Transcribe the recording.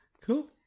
Cool